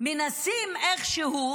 מנסים איכשהו